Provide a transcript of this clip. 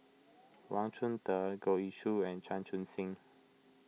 Wang Chunde Goh Ee Choo and Chan Chun Sing